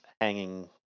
hanging